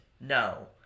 No